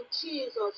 jesus